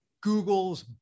Google's